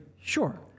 Sure